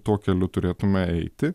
tuo keliu turėtume eiti